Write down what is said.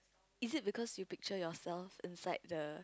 is it because you picture yourself inside the